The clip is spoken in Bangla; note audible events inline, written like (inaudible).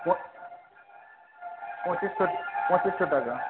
(unintelligible) পঁচিশশো পঁচিশশো টাকা